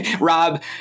Rob